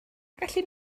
gallu